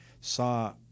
saw